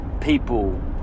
people